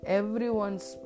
everyone's